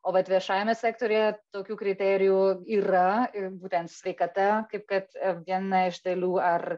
o vat viešajame sektoriuje tokių kriterijų yra i būtent sveikata kaip kad viena iš dalių ar